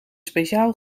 speciaal